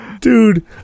Dude